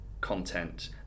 content